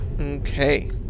Okay